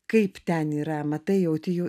kaip ten yra matai jauti jų